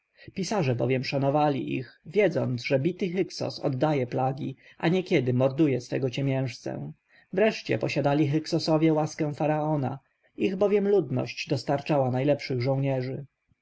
pisarze bowiem szanowali ich wiedząc że bity hyksos oddaje plagi a niekiedy morduje swego ciemiężcę wreszcie posiadali hyksowie łaskę faraona ich bowiem ludność dostarczała najlepszych żołnierzy